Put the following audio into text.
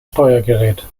steuergerät